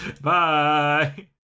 bye